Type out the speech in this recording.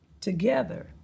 Together